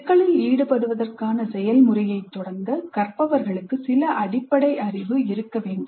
சிக்கலில் ஈடுபடுவதற்கான செயல்முறையைத் தொடங்க கற்பவர்களுக்கு சில அடிப்படை அறிவு இருக்க வேண்டும்